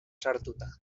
sartuta